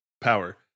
power